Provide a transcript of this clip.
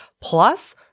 Plus